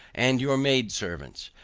and your maid servants,